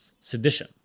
Sedition